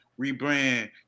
rebrand